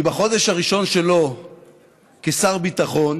בחודש הראשון שלו כשר ביטחון